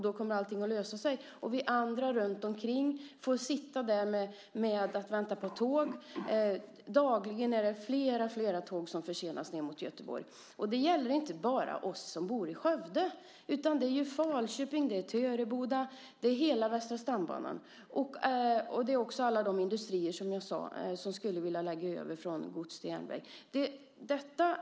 Då kommer allting att lösa sig. Under tiden får vi andra runtomkring sitta där och vänta på tåg. Dagligen är det flera tåg ned mot Göteborg som försenas. Det gäller inte bara oss som bor i Skövde, utan det gäller Falköping, Töreboda och hela Västra stambanan. Det gäller som jag sade också alla de industrier som skulle vilja lägga över godset från väg till järnväg.